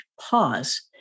pause